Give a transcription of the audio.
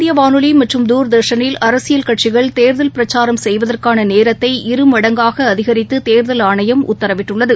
இந்தியவானொலிமற்றும் தூர்தர்ஷனில் அகில கட்சிகள் தேர்தல் பிரச்சாரம் செய்வதற்கானநேரத்தை இருமடங்காகஅதிகரித்துதேர்தல் ஆணையம் உத்தரவிட்டுள்ளது